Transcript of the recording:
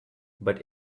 but